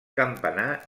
campanar